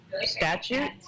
Statute